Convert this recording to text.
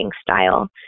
style